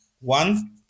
One